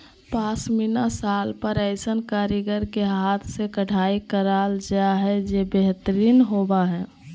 पश्मीना शाल पर ऐसन कारीगर के हाथ से कढ़ाई कयल जा हइ जे बेहतरीन होबा हइ